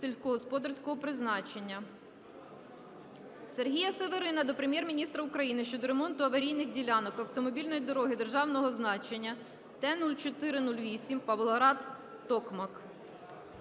Сергія Северина до Прем'єр-міністра України щодо ремонту аварійних ділянок автомобільної дороги державного значення Т-04-08 Павлоград – Токмак.